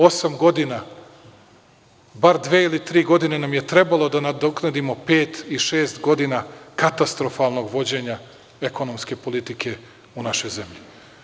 Osam godina, bar dve ili tri godine nam je trebalo da nadoknadimo pet i šest godina katastrofalnog vođenja ekonomske politike u našoj zemlji.